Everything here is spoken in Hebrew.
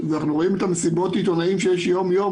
אנחנו רואים את מסיבות העיתונאים שיש יום-יום,